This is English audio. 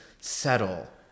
settle